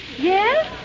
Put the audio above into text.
Yes